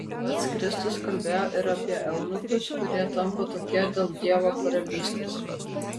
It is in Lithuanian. pats kristus kalbėjo ir apie eunuchus kurie tampa tokie dėl dievo karalystės